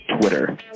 Twitter